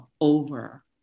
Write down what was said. over